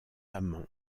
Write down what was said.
amans